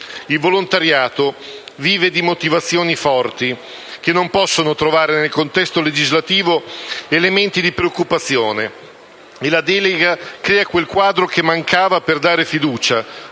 Il volontariato vive di motivazioni forti che non possono trovare nel contesto legislativo elementi di preoccupazione, e la delega crea quel quadro che mancava per dare fiducia,